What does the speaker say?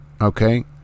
Okay